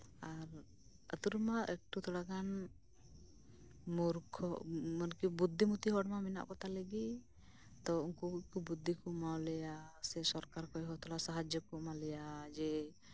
ᱟᱨ ᱟᱛᱳᱨᱮᱢᱟ ᱮᱠᱴᱩ ᱛᱷᱚᱲᱟᱜᱟᱱ ᱢᱩᱨᱠᱷᱚ ᱮᱢᱚᱱᱠᱤ ᱵᱩᱫᱽᱫᱷᱤ ᱢᱚᱛᱤ ᱦᱚᱲᱢᱟ ᱢᱮᱱᱟᱜ ᱠᱚᱛᱟᱞᱮᱜᱮ ᱛᱚ ᱩᱱᱠᱩ ᱠᱚ ᱵᱩᱨᱫᱷᱤ ᱠᱚ ᱮᱢᱟᱞᱮᱭᱟ ᱥᱮ ᱥᱚᱨᱠᱟᱨ ᱠᱷᱚᱱᱦᱚᱸ ᱛᱷᱚᱲᱟ ᱥᱟᱦᱟᱡᱽ ᱡᱚ ᱠᱚ ᱮᱢᱟᱞᱮᱭᱟ ᱡᱮᱹ